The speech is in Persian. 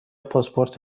پاسپورت